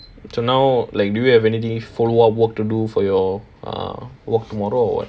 so now like do you have anything follow up from work to do for your err work tomorrow or what